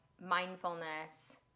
mindfulness